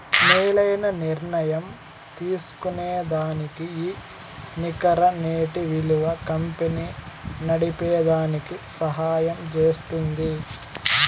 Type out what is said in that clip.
మేలైన నిర్ణయం తీస్కోనేదానికి ఈ నికర నేటి ఇలువ కంపెనీ నడిపేదానికి సహయం జేస్తుంది